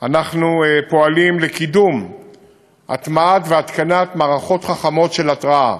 אנחנו פועלים לקידום הטמעה והתקנת מערכות חכמות של התרעה.